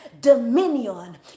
dominion